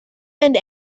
end